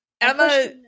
Emma